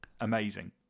amazing